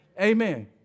Amen